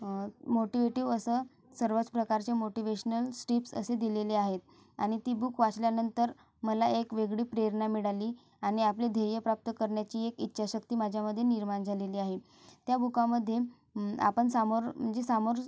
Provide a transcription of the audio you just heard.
motivative असं सर्वच प्रकारचे मोटिवेशनल्स टिप्स असे दिलेले आहेत आणि ती बुक वाचल्यानंतर मला एक वेगळी प्रेरणा मिळाली आणि आपले ध्येय प्राप्त करण्याची एक इच्छाशक्ति माझ्यामधे निर्माण झालेली आहे त्या बुकामध्ये आपण समोर म्हणजे समोर